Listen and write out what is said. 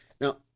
Now